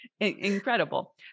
incredible